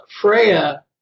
Freya